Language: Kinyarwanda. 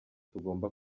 tugomba